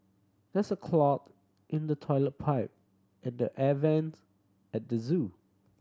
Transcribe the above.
there is a clog in the toilet pipe and the air vents at the zoo